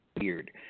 weird